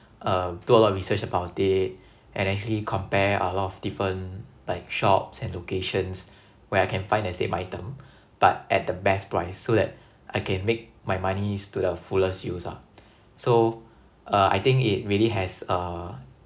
uh do a lot of research about it and actually compare a lot of different like shops and locations where I can find the same item but at the best price so that I can make my money to the fullest use ah so uh I think it really has uh